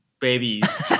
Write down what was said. babies